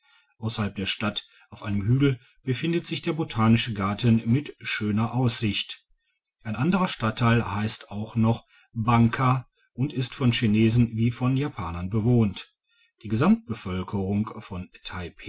ausserhalb der stadt auf einem hügel befindet sich der botanische garten mit schöner aussicht ein anderer stadtteil heisst auch noch banka und ist von chinesen wie von japanern bewohnt die gesamtbevölkerung von